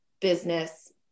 business